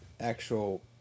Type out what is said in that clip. actual